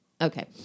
Okay